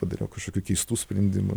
padariau kažkokių keistų sprendimų